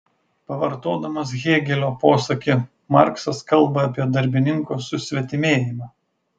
pavartodamas hėgelio posakį marksas kalba apie darbininko susvetimėjimą